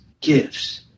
Gifts